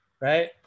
right